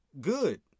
good